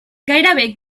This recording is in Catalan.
gairebé